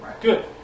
Good